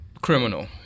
criminal